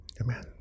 Amen